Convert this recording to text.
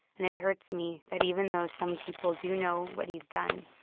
and it hurts me that even though some people do know what he's done,